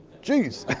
jeez.